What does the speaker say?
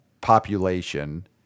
population